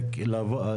מבנית,